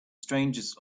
strangest